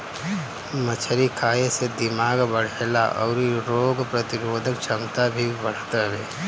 मछरी खाए से दिमाग बढ़ेला अउरी रोग प्रतिरोधक छमता भी बढ़त हवे